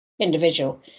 individual